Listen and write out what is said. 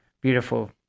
beautiful